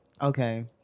okay